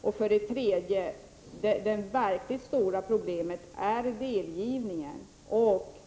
Till sist är det verkligt stora problemet delgivningarna.